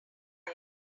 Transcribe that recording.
wire